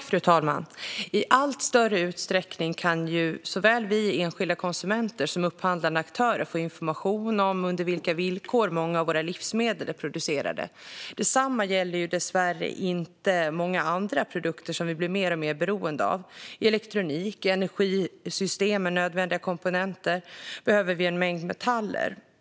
Fru talman! I allt större utsträckning kan såväl vi enskilda konsumenter som upphandlande aktörer få information om vilka villkor många av våra livsmedel är producerade under. Detsamma gäller dessvärre inte många andra produkter som vi blir alltmer beroende av. I elektronik och energisystem med nödvändiga komponenter behöver vi en mängd metaller.